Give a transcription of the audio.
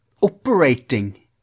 operating